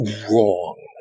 wrong